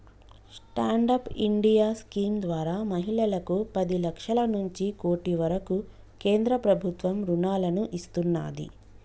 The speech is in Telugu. స్టాండ్ అప్ ఇండియా స్కీమ్ ద్వారా మహిళలకు పది లక్షల నుంచి కోటి వరకు కేంద్ర ప్రభుత్వం రుణాలను ఇస్తున్నాది